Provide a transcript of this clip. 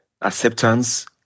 acceptance